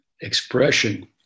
expression